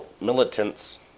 militants